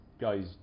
guys